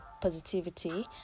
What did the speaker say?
positivity